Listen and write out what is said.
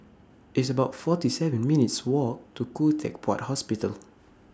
It's about forty seven minutes' Walk to Khoo Teck Puat Hospital